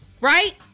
right